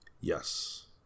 Yes